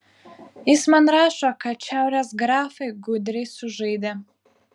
jis man rašo kad šiaurės grafai gudriai sužaidė